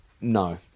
no